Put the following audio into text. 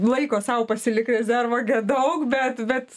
laiko sau pasilik rezervą daug bet bet